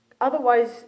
Otherwise